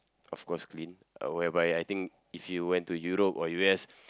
of course clean whereby I think if you went to Europe or U_S